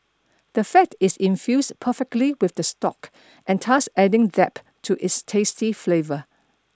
the fat is infused perfectly with the stock and thus adding depth to its tasty flavour